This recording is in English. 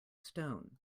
stone